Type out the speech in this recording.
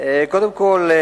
קודם כול,